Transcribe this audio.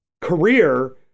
career